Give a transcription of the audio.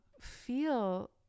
feel